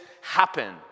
happen